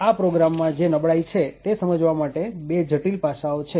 આ પ્રોગ્રામ માં જે નબળાઈ છે તે સમજવા માટે બે જટિલ પાસાઓ છે